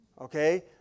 okay